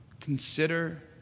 Consider